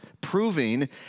proving